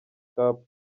cup